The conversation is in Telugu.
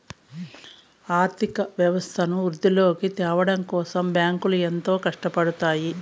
ఆర్థిక వ్యవస్థను వృద్ధిలోకి త్యావడం కోసం బ్యాంకులు ఎంతో కట్టపడుతాయి